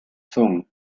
son